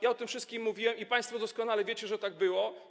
Ja o tym wszystkim mówiłem i państwo doskonale wiecie, że tak było.